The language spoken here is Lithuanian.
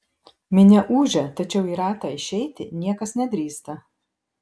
minia ūžia tačiau į ratą išeiti niekas nedrįsta